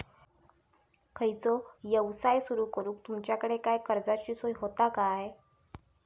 खयचो यवसाय सुरू करूक तुमच्याकडे काय कर्जाची सोय होता काय?